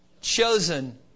Chosen